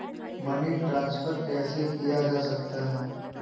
Money transfer कैसे किया जा सकता है?